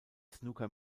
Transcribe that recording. snooker